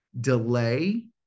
delay